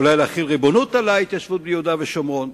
אולי להחיל ריבונות על ההתיישבות ביהודה ושומרון.